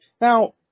Now